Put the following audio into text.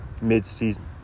mid-season